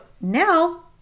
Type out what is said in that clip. now